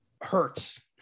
hurts